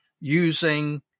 using